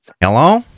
Hello